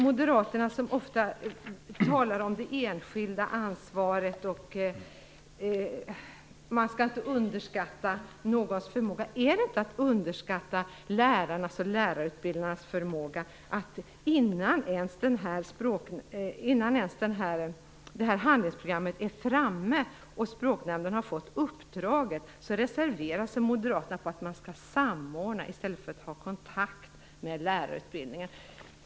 Moderaterna talar ofta om det enskilda ansvaret och att man inte skall underskatta någons förmåga. Ändå reserverar Moderaterna sig och vill att det skall uttryckas som att nämnden skall "samordna med" i stället för att "ha kontakt med" lärarutbildningen redan innan handlingsprogrammet ens är framme och språknämnden har fått uppdraget. Är inte det att underskatta lärarnas och lärarutbildningarnas förmåga?